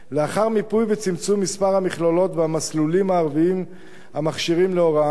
לאחר מיפוי וצמצום מספר המכללות והמסלולים הערביים המכשירים להוראה,